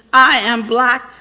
i am black.